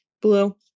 blue